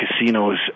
casinos